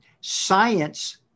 Science